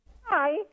Hi